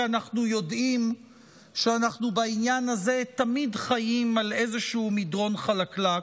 כי אנחנו יודעים שבעניין הזה אנחנו תמיד חיים על איזשהו מדרון חלקלק.